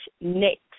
next